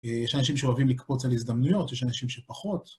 יש אנשים שאוהבים לקפוץ על הזדמנויות, יש אנשים שפחות.